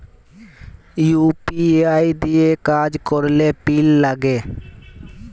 UPI দিঁয়ে কাজ ক্যরলে পিল লাগে